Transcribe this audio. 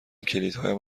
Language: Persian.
کلیدهایم